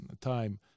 time